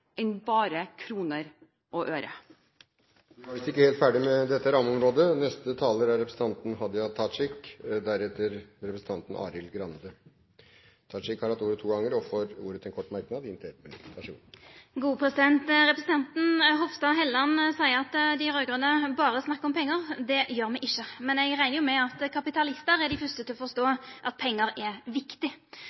enn bare kroner og øre. Representanten Hadia Tajik har hatt ordet to ganger tidligere og får ordet til en kort merknad, begrenset til 1 minutt. Representanten Hofstad Helleland seier at dei raud-grøne berre snakkar om pengar. Det gjer me ikkje. Men eg reknar med at kapitalistar er dei fyrste til å forstå at pengar er viktig.